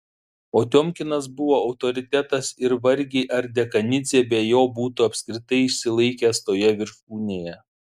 o tiomkinas buvo autoritetas ir vargiai ar dekanidzė be jo būtų apskritai išsilaikęs toje viršūnėje